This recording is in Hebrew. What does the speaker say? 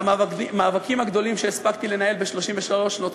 המאבקים הגדולים שהספקתי לנהל ב-33 שנות חיי,